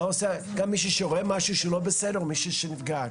מה עושה מישהו שרואה משהו לא בסדר או מישהו שנפגע?